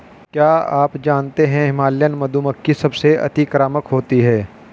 क्या आप जानते है हिमालयन मधुमक्खी सबसे अतिक्रामक होती है?